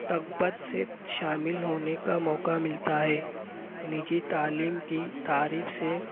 رغبت صرف شامل ہونے کا موقع ملتا ہے نجی تعلیم کی تعریف سے